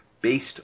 based